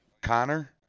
Connor